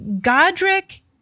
Godric